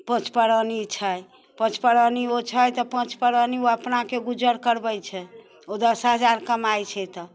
पाँच परानी छै पाँच परानी ओ छै तऽ पाँच परानी ओ अपनाके गुजर करबै छै ओ दस हजार कमाइ छै तऽ